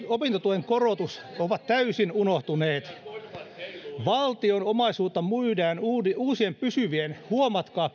opintotuen korotus ovat täysin unohtuneet valtion omaisuutta myydään uusien pysyvien huomatkaa